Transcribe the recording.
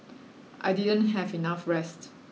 I didn't have enough rest